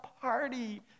party